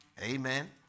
Amen